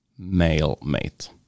MailMate